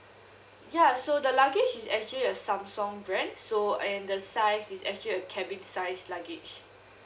ya so the luggage is actually a samsung brand so and the size is actually a cabin size luggage